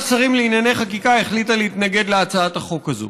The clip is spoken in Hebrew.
שרים לענייני חקיקה החליטה להתנגד להצעת החוק הזאת.